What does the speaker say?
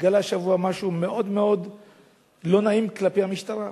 התגלה השבוע משהו מאוד מאוד לא נעים כלפי המשטרה.